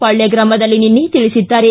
ಪಾಳ್ಣ ಗ್ರಾಮದಲ್ಲಿ ನಿನ್ನೆ ತಿಳಿಸಿದ್ದಾರೆ